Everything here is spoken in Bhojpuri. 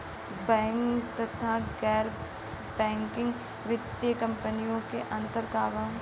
बैंक तथा गैर बैंकिग वित्तीय कम्पनीयो मे अन्तर का बा?